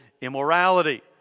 immorality